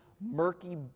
murky